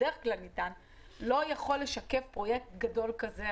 בדרך כלל לא יכול לשקף פרויקט גדול כזה.